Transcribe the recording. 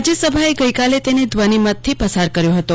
રાજ્યસભાએ ગઈ કાલે તેને ધ્વનીમત થી પસાર કરાયું હતું